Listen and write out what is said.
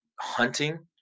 hunting